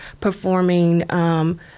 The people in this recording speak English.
performing